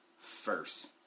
first